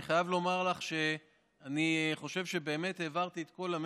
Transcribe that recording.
אני חייב לומר לך שאני חושב שבאמת העברתי את כל המסר,